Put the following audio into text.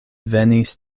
venis